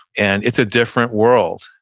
and it's a different world.